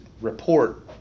report